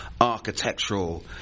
architectural